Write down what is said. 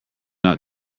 not